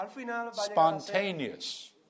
Spontaneous